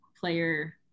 player